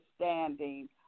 understanding